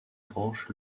branches